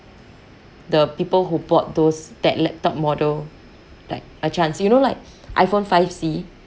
the people who bought those that laptop model like a chance you know like iphone five c